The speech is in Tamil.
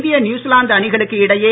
இந்திய நியுசிலாந்து அணிகளக்கு இடையே